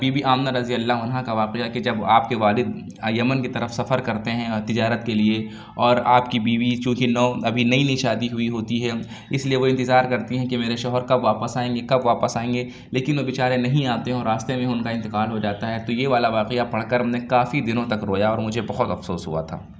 be Bibi Amina رضی اللہ عنہ کا واقعہ کہ جب آپ کے والد یمن کے طرف سفر کرتے ہیں تجارت کے لیے اور آپ کی بیوی چوں کہ نو ابھی نئی نئی شادی ہوئی ہوتی ہے اِس لیے وہ انتظار کرتی ہیں کہ میرے شوہر کب واپس آئیں گے کب واپس آئیں گے لیکن وہ بیچارے نہیں آتے ہیں اور راستے میں ہی اُن کا انتقال ہو جاتا ہے تو یہ والا واقعہ پڑھ کر ہم نے کافی دِنوں تک رویا اور مجھے بہت افسوس ہُوا تھا